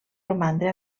romandre